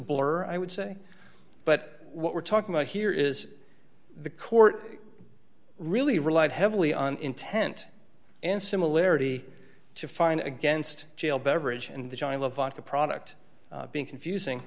blur i would say but what we're talking about here is the court really relied heavily on intent and similarity to find against jail beverage and the trial of the product being confusing